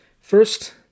first